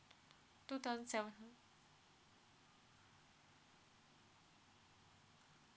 two thousand seven